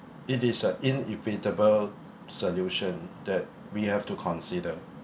it is a inevitable solution that we have to consider